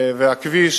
והכביש